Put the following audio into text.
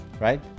Right